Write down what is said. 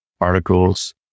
articles